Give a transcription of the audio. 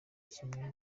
kimwe